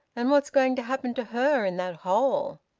and what's going to happen to her in that hole?